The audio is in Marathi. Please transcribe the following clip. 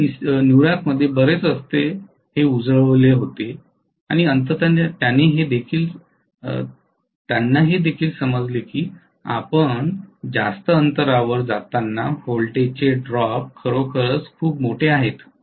त्यांनी न्यूयॉर्कमधील बरेच रस्ते रस्ते उजळवले होते आणि अंततः त्यांना हे देखील समजले की आपण जास्त अंतरावर जाताना व्होल्टेज ड्रॉप खरोखर खूपच मोठा आहे